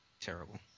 Terrible